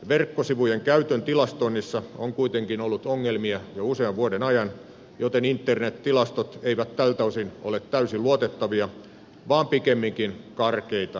verkkosivujen käytön tilastoinnissa on kuitenkin ollut ongelmia jo usean vuoden ajan joten internet tilastot eivät tältä osin ole täysin luotettavia vaan pikemminkin karkeita arvioita